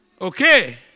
okay